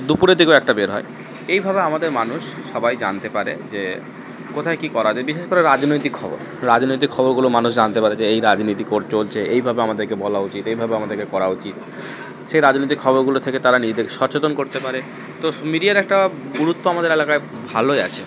দুপুরের দিকেও একটা বের হয় এইভাবে আমাদের মানুষ সবাই জানতে পারে যে কোথায় কী করা যায় বিশেষ করে রাজনৈতিক খবর রাজনৈতিক খবরগুলো মানুষ জানতে পারে যে এই রাজনীতি কোর চলছে এইভাবে আমাদেরকে বলা উচিত এইভাবে আমাদেরকে করা উচিত সেই রাজনৈতিক খবরগুলো থেকে তারা নিজেদেরকে সচেতন করতে পারে তো মিডিয়ার একটা গুরুত্ব আমাদের এলাকায় ভালোই আছে